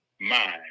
mind